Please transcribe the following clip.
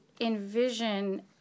envision